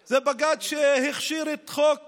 זה בג"ץ שהכשיר את חוק